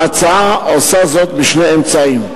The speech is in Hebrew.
ההצעה עושה זאת בשני אמצעים.